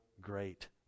great